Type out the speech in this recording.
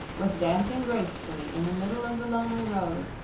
was dancing gracefully in the middle of the lonely road,